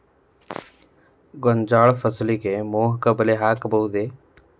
ಗೋಂಜಾಳ ಫಸಲಿಗೆ ಮೋಹಕ ಬಲೆ ಹಾಕಬಹುದೇ?